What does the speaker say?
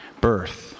birth